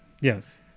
Yes